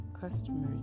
customers